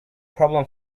problem